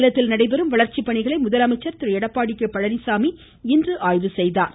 சேலத்தில் நடைபெறும் வளர்ச்சி பணிகளை முதலமைச்சர் திரு எடப்பாடி கே பழனிச்சாமி இன்று ஆய்வு செய்தார்